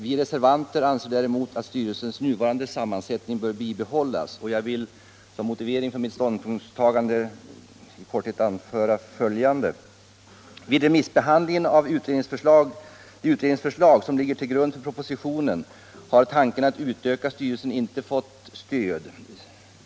Vi reservanter anser däremot att styrelsens nuvarande sammansättning bör bibehållas. Jag vill som motivering för mitt ståndpunktstagande i korthet anföra följande. Vid remissbehandlingen av utredningens förslag, som ligger till grund för propositionen, har tanken att utöka styrelsen inte fått stöd.